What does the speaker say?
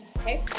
Okay